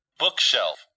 bookshelf